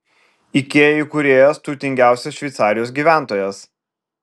ikea įkūrėjas turtingiausias šveicarijos gyventojas